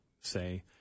say